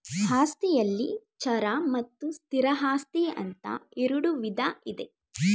ಆಸ್ತಿಯಲ್ಲಿ ಚರ ಮತ್ತು ಸ್ಥಿರ ಆಸ್ತಿ ಅಂತ ಇರುಡು ವಿಧ ಇದೆ